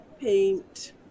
paint